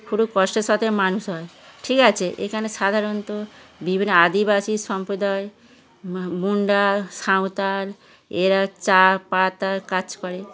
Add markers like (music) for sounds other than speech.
পুরো কষ্টের সাথে মানুষ হয় ঠিক আছে এখানে সাধারণত বিভিন্ন আদিবাসী সম্প্রদায় (unintelligible) মুন্ডা সাঁওতাল এরা চা পাতা কাজ করে